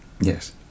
yes